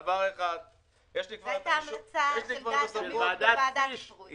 זאת ההמלצה של דעת המיעוט בוועדת --- בוועדת פריש,